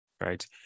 Right